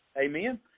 Amen